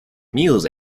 meals